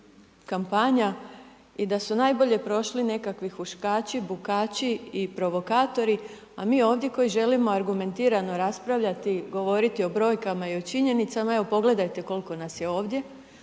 i da su najbolje prošli nekakvi huškači, bukači i provokatori, a mi ovdje koji želimo argumentirano raspravljati, govoriti o brojkama i činjenicama, evo pogledajte koliko nas je ovdje,